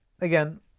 again